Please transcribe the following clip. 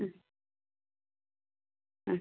മ് മ്